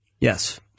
Yes